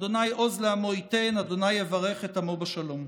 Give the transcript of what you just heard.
"ה' עוז לעמו ייתן, ה' יברך את עמו בשלום".